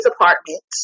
apartments